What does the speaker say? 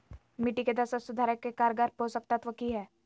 मिट्टी के दशा सुधारे के कारगर पोषक तत्व की है?